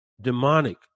demonic